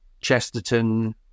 Chesterton